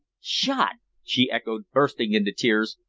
shot! she echoed, bursting into tears.